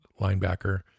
linebacker